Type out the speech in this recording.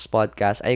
Podcast